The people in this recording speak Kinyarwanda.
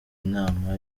inama